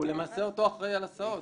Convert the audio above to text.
הוא למעשה אותו אחראי על הסעות.